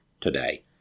today